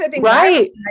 Right